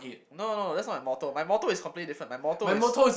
no no that's not my motto my motto is completely different my motto is